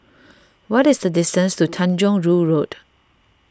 what is the distance to Tanjong Rhu Road